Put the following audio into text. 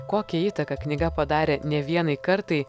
kokią įtaką knyga padarė ne vienai kartai